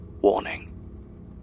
Warning